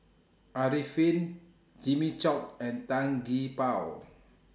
Arifin Jimmy Chok and Tan Gee Paw